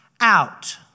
Out